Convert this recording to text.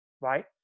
right